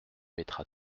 mettra